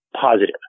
Positive